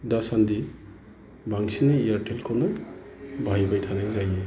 दासान्दि बांसिनै एरटेलखौनो बाहायबाय थानाय जायो